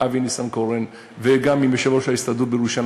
אבי ניסנקורן וגם עם יושב-ראש ההסתדרות בירושלים